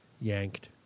yanked